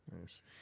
Nice